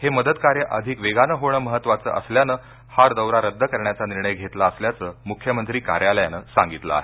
हे मदत कार्य अधिक वेगानं होण महत्त्वाचं असल्याने हा दौरा रद्द करण्याचा निर्णय घेतला असल्याचं मूख्यमंत्री कार्यालयानं स्पष्ट केलं आहे